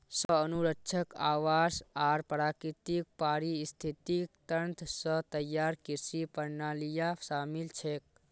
स्व अनुरक्षित आवास आर प्राकृतिक पारिस्थितिक तंत्र स तैयार कृषि प्रणालियां शामिल छेक